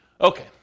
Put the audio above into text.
Okay